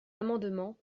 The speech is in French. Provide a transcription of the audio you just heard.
amendements